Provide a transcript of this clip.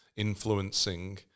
influencing